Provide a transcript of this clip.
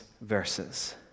verses